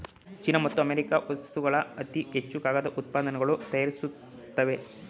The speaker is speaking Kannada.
ಚೀನಾ ಮತ್ತು ಅಮೇರಿಕಾ ವಸ್ತುಗಳು ಅತಿ ಹೆಚ್ಚು ಕಾಗದ ಉತ್ಪನ್ನಗಳನ್ನು ತಯಾರಿಸುತ್ತವೆ